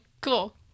Cool